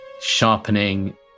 sharpening